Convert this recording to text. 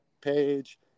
page